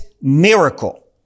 miracle